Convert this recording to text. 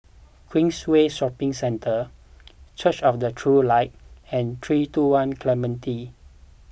Queensway Shopping Centre Church of the True Light and three two one Clementi